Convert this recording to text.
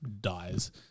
dies